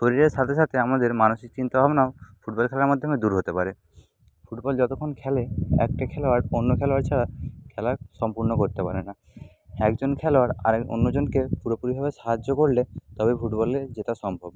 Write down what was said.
শরীরের সাথে সাথে আমাদের মানসিক চিন্তাভাবনাও ফুটবল খেলার মাধ্যমে দূর হতে পারে ফুটবল যতক্ষণ খেলে একটি খেলোয়াড় অন্য খেলোয়াড় ছাড়া খেলা সম্পূর্ণ করতে পারে না একজন খেলোয়ার আর এক অন্যজনকে পুরোপুরিভাবে সাহায্য করলে তবেই ফুটবলে জেতা সম্ভব